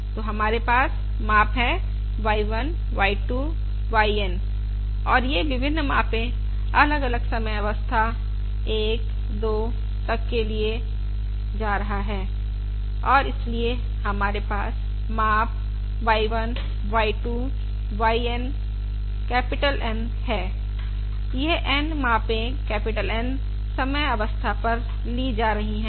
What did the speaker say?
तो हमारे पास माप है y1 y2 yN और यह विभिन्न मापे अलग अलग समय अवस्था 12 तक लिए जा रहा है और इसलिए हमारे पास माप y1 y2 yN capital N है यह N मापे कैपिटल N समय अवस्था पर ली जा रही है